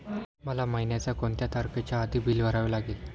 मला महिन्याचा कोणत्या तारखेच्या आधी बिल भरावे लागेल?